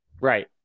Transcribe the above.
Right